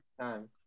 time